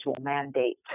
mandate